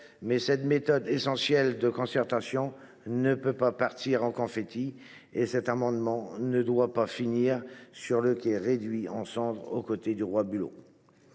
mais cette méthode essentielle de concertation ne peut pas partir en confettis et cet amendement ne doit pas finir sur le quai, réduit en cendres aux côtés du roi Bulot.